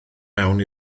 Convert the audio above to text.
mewn